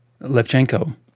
Levchenko